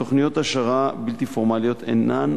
תוכניות העשרה בלתי פורמליות אינן